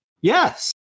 Yes